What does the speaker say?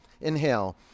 Inhale